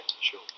Sure